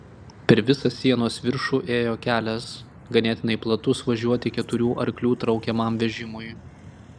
per visą sienos viršų ėjo kelias ganėtinai platus važiuoti keturių arklių traukiamam vežimui